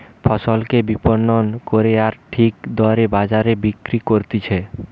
ফসলকে বিপণন করে আর ঠিক দরে বাজারে বিক্রি করতিছে